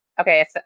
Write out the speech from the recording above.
Okay